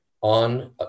on